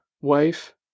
Wife